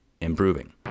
improving